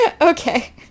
Okay